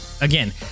again